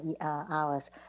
hours